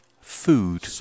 food